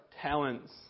talents